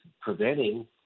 preventing